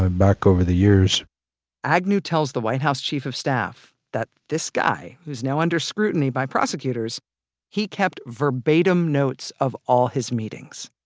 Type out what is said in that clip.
ah back over the years agnew tells the white house chief of staff that this guy who's now under scrutiny by prosecutors he kept verbatim notes of all his meetings.